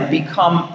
become